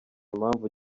impamvu